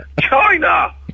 China